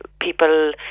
people